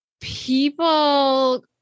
people